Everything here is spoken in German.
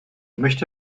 möchte